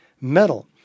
metal